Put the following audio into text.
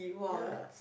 yeah